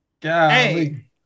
Hey